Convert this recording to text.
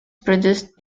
produced